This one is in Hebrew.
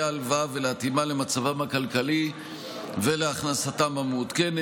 ההלוואה ולהתאימה למצבם הכלכלי ולהכנסתם המעודכנת.